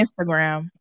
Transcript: Instagram